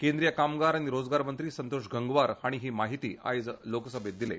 केंद्रीय कामगार आनी रोजगार मंत्री संतोष गंगवार हांणी ही माहिती आयज लोकसभेंत दिली